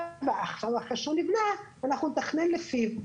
אבל אחרי שהוא נבנה אנחנו נתכנן לפיו,